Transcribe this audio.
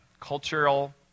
cultural